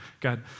God